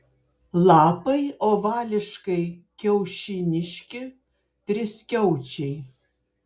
lapai ovališkai kiaušiniški triskiaučiai